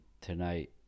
tonight